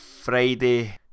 Friday